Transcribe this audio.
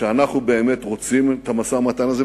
שאנחנו באמת רוצים את המשא-ומתן הזה,